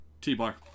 T-Bar